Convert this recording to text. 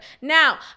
Now